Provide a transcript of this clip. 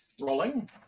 rolling